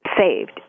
saved